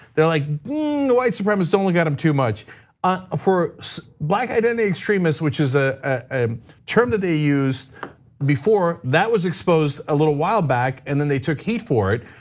like the white supremacy only got him too much ah for black identity extremists, which is ah a term that they use before that was exposed a little while back and then they took heat for it.